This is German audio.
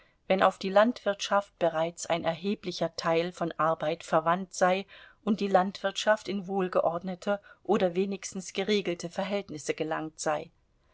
wenn auf die landwirtschaft bereits ein erheblicher teil von arbeit verwandt sei und die landwirtschaft in wohlgeordnete oder wenigstens geregelte verhältnisse gelangt sei